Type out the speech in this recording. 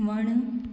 वणु